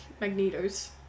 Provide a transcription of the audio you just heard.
Magneto's